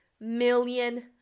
million